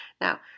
Now